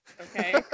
Okay